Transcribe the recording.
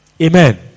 Amen